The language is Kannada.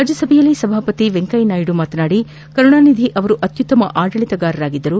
ರಾಜ್ಲಸಭೆಯಲ್ಲಿ ಸಭಾಪತಿ ವೆಂಕಯ್ಲನಾಯ್ದು ಮಾತನಾಡಿ ಕರುಣಾನಿಧಿ ಅವರು ಅತ್ಯುತ್ತಮ ಆಡಳಿತಗಾರರಾಗಿದ್ದರು